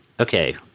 okay